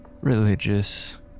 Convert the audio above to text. religious